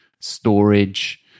storage